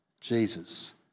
Jesus